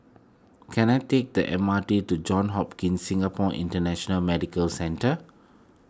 can I take the M R T to Johns Hopkins Singapore International Medical Centre